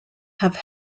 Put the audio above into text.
have